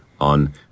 on